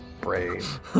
Brave